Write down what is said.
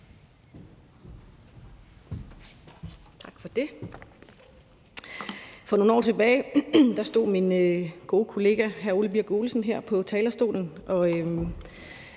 Tak for det. For nogle år tilbage stod min gode kollega hr. Ole Birk Olesen her på talerstolen